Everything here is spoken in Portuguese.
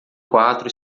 quatro